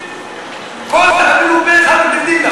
כל הבדואים פה-אחד מתנגדים לה,